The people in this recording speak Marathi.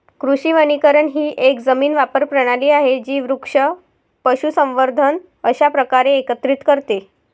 कृषी वनीकरण ही एक जमीन वापर प्रणाली आहे जी वृक्ष, पशुसंवर्धन अशा प्रकारे एकत्रित करते